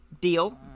Deal